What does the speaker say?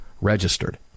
registered